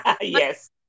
Yes